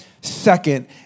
second